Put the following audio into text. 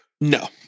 No